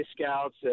Scouts